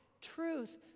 truth